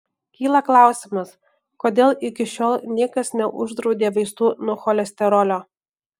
kyla klausimas kodėl iki šiol niekas neuždraudė vaistų nuo cholesterolio